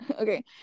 okay